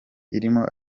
irimo